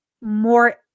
more